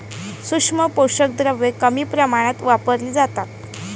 सूक्ष्म पोषक द्रव्ये कमी प्रमाणात वापरली जातात